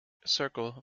circle